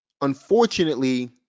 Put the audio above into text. unfortunately